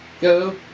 go